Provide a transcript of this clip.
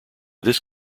this